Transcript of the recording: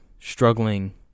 struggling